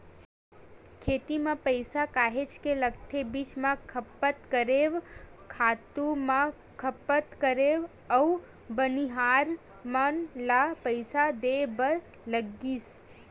खेती म पइसा काहेच के लगथे बीज म खपत करेंव, खातू म खपत करेंव अउ बनिहार मन ल पइसा देय बर लगिस